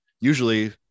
usually